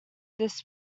this